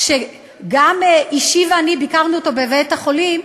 כשגם אישי ואני ביקרנו אותו בבית-החולים,